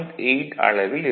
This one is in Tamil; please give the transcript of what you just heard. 8 அளவில் இருக்கும்